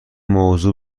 موضوع